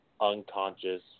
unconscious